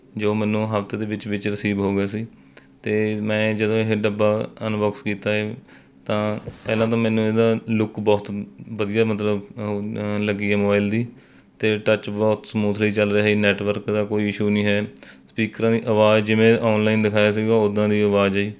ਜੋ ਮੈਨੂੰ ਹਫ਼ਤੇ ਦੇ ਵਿੱਚ ਵਿੱਚ ਰੀਸੀਵ ਹੋ ਗਿਆ ਸੀ ਅਤੇ ਮੈਂ ਜਦੋਂ ਇਹ ਡੱਬਾ ਅਨਬੋਕਸ ਕੀਤਾ ਹੈ ਤਾਂ ਪਹਿਲਾ ਤਾਂ ਮੈਨੂੰ ਇਹਦਾ ਲੁੱਕ ਬਹੁਤ ਵਧੀਆ ਮਤਲਬ ਉਹ ਲੱਗੀ ਹੈ ਮੋਬਾਈਲ ਦੀ ਅਤੇ ਟੱਚ ਬਹੁਤ ਸਮੂਥਲੀ ਚੱਲ ਰਿਹਾ ਨੈੱਟਵਰਕ ਦਾ ਕੋਈ ਇਸ਼ੂ ਨਹੀਂ ਹੈ ਸਪੀਕਰਾਂ ਦੀ ਅਵਾਜ਼ ਜਿਵੇਂ ਔਨਲਾਈਨ ਦਿਖਾਇਆ ਸੀ ਉਦਾਂ ਦੀ ਹੀ ਅਵਾਜ਼ ਹੈ ਜੀ